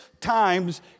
times